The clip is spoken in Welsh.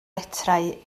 metrau